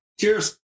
Cheers